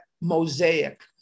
mosaic